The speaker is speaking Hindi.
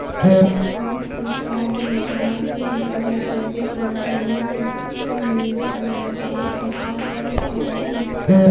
रामप्रसाद ने कहा कि वह जैविक बागवानी से संबंधित जानकारी इकट्ठा कर रहा है